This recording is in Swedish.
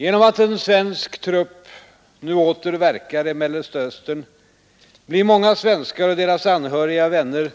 Genom att en svensk trupp nu åter verkar i Mellersta Östern blir många svenskar samt deras anhöriga och vänner